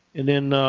and then,